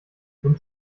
nimmt